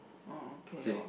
oh okay loh